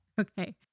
Okay